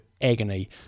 agony